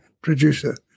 producer